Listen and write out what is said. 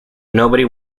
nobody